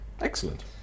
Excellent